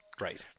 Right